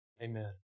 Amen